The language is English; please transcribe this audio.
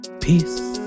Peace